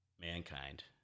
mankind